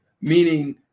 meaning